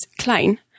klein